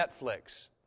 Netflix